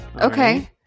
okay